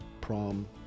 prom